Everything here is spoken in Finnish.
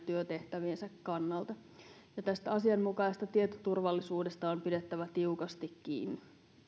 työtehtäviensä kannalta tästä asianmukaisesta tietoturvallisuudesta on pidettävä tiukasti kiinni